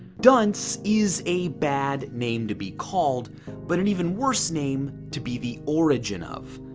dunce is a bad name to be called but an even worse name to be the origin of.